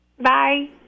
Bye